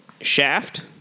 Shaft